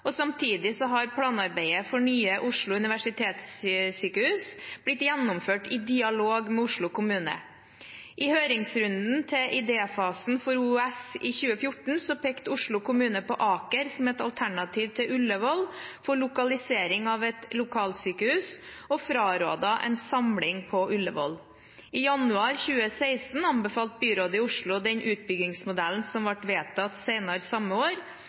Samtidig har planarbeidet for Nye Oslo universitetssykehus blitt gjennomført i dialog med Oslo kommune. I høringsrunden til idéfasen for OUS i 2014 pekte Oslo kommune på Aker som et alternativ til Ullevål for lokalisering av et lokalsykehus og frarådet en samling på Ullevål. I januar 2016 anbefalte byrådet i Oslo den utbyggingsmodellen som ble vedtatt senere samme år.